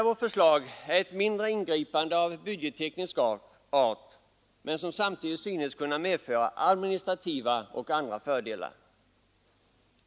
Vårt förslag innebär ett mindre ingripande av budgetteknisk art som samtidigt synes kunna medföra administrativa och andra fördelar.